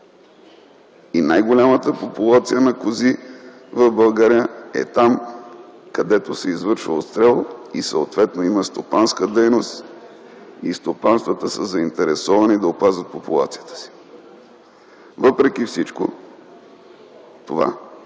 Най-голяма популация на кози в България е там, където се извършва отстрел и съответно има стопанска дейност и стопанствата са заинтересовани да опазват популациите си. Въпреки всичко това,